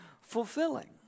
fulfilling